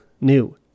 new